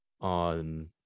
on